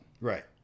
Right